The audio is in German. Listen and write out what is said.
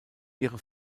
ihre